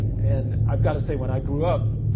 and i've gotta say when i grew up,